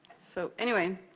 so, anyway.